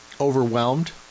overwhelmed